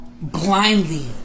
blindly